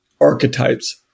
archetypes